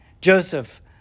Joseph